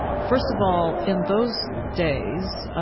first of all, in those days,